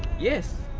yes.